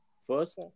First